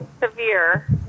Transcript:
severe